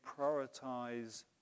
prioritize